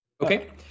Okay